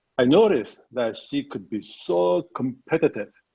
i noticed that she could be so competitive.